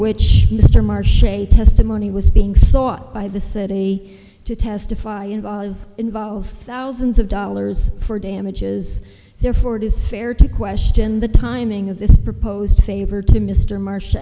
which mr marsh a testimony was being sought by the city to testify involve involves thousands of dollars for damages therefore it is fair to question the timing of this proposed favor to mr mar